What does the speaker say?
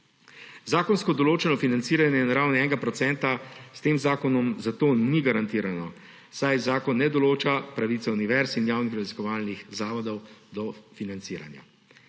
Zakonsko določeno financiranje na ravni enega procenta s tem zakonom zato ni garantirano, saj zakon ne določa pravice univerz in javnih raziskovalnih zavodov do financiranja.